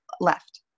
left